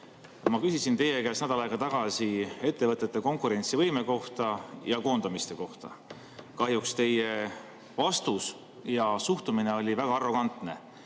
Ma küsisin teie käest nädal aega tagasi ettevõtete konkurentsivõime kohta ja koondamiste kohta. Kahjuks teie vastus ja suhtumine oli väga arrogantne.